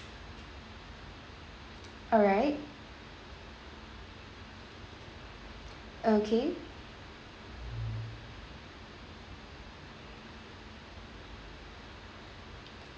alright okay